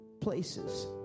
places